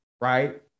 right